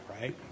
right